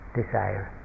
desire